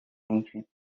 ancient